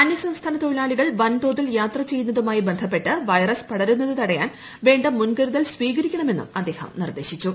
അന്യ സംസ്ഥാനത്തൊഴിലാളികൾ വൻതോതിൽ യാത്ര ചെയ്യുന്നതുമായി ബന്ധപ്പെട്ട് വൈറസ് പടരുന്നത് തടയാൻ വേണ്ട മുൻകരുതൽ സ്വീകരിക്കണമെന്നും അദ്ദേഹം നിർദ്ദേശിച്ചു